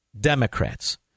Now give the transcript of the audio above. Democrats